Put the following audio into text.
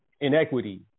inequity